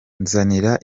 nzanira